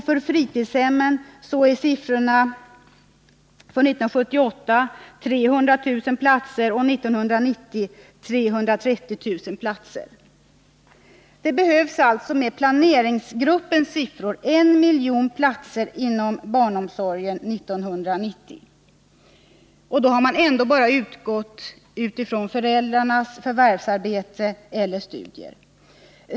För fritidshemmen är siffrorna 1978 300 000 platser och 1990 330 000 platser. Det behövs alltså med planeringsgruppens siffror 1 miljon platser inom barnomsorgen 1990. Då har man ändå bara utgått från föräldrarnas förvärvsarbete eller studier.